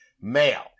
male